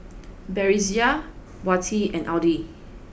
Batrisya Wati and Adi